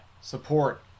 Support